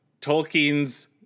Tolkien's